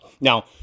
Now